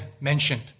mentioned